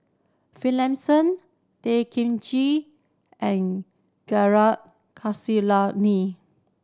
Finlayson Tay Kay Chin and Gaurav